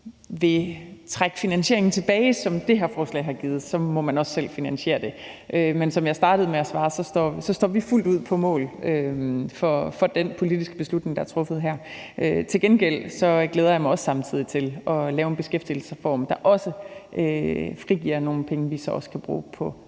vil trække finansieringen tilbage, altså de penge, som det her forslag har givet, må man også selv finansiere det. Men som jeg startede med at svare, står vi fuldt ud på mål for den politiske beslutning, der er truffet her. Til gengæld glæder jeg mig samtidig også til at lave en beskæftigelsesreform, der også frigiver nogle penge, vi så også kan bruge på